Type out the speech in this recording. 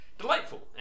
delightful